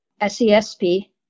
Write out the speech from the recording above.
sesp